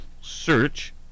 search